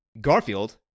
Garfield